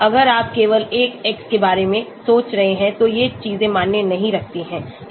अगर आप केवल एक x के बारे में सोच रहे हैं तो ये चीजें मानने नहीं रखती हैं